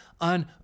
on